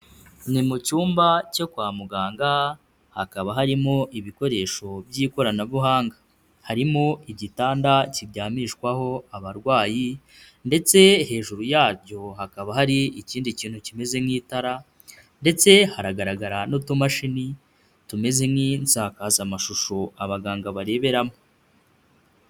Ni mu cyumba cyo kwa muganga, hakaba harimo ibikoresho by'ikoranabuhanga, harimo igitanda kiryamishwaho abarwayi ndetse hejuru yabyo hakaba hari ikindi kintu kimeze nk'itara ndetse haragaragara n'utumashini tumeze nk'insakazamashusho abaganga bareberamo.